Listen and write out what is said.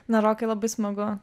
na rokai labai smagu